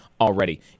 already